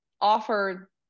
offer